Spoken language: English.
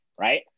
right